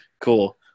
Cool